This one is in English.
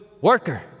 worker